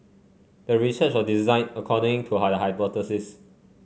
the research was designed according to high the hypothesis